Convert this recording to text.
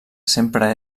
sempre